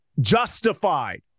justified